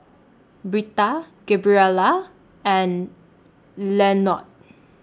Britta Gabriela and Lenord